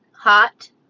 Hot